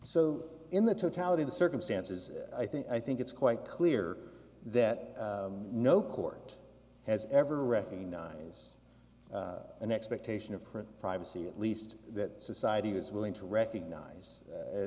of the circumstances i think i think it's quite clear that no court has ever recognize an expectation of print privacy at least that society is willing to recognize